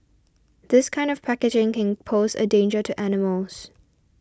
this kind of packaging can pose a danger to animals